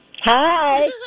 Hi